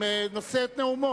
נושא את נאומו.